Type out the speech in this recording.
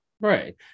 Right